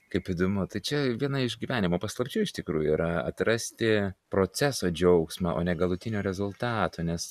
kaip įdomu tai čia viena iš gyvenimo paslapčių iš tikrųjų yra atrasti proceso džiaugsmą o ne galutinio rezultato nes